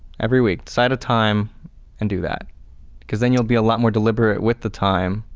every week, set a time and do that because then you'll be a lot more deliberate with the time.